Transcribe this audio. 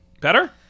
Better